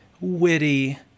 witty